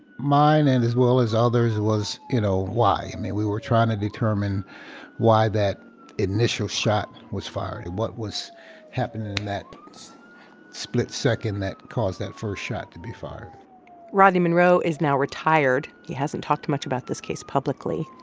mine and as well as others was, you know, why? i mean, we were trying to determine why that initial shot was fired and what was happening in that split second that caused that first shot to be fired rodney monroe is now retired. he hasn't talked much about this case publicly.